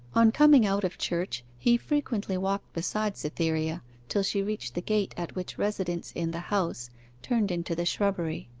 on coming out of church he frequently walked beside cytherea till she reached the gate at which residents in the house turned into the shrubbery.